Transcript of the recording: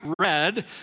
red